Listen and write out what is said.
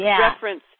reference